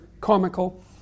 comical